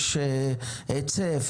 יש היצף,